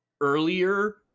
earlier